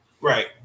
Right